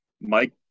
Mike